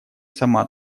сама